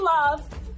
love